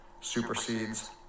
supersedes